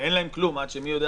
ואין להם כלום עד מרץ,